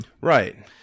right